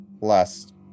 last